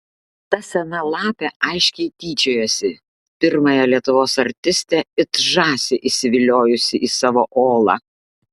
ta sena lapė aiškiai tyčiojosi pirmąją lietuvos artistę it žąsį įsiviliojusi į savo olą